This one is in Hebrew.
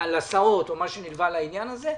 על הסעות או מה שנלווה לעניין הזה.